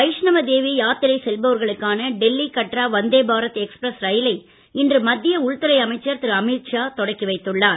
வைஷ்ணோ தேவி யாத்திரை செல்பவர்களுக்கான டெல்லி கட்ரா வந்தே பாரத் எக்ஸ்பிரஸ் ரயிலை இன்று மத்திய உள்துறை அமைச்சர் திரு அமீத் ஷா தொடக்கி வைத்துள்ளார்